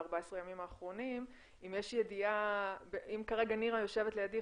ל-14 ימים האחרונים, אם כרגע נירה יושבת לידי